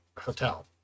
hotel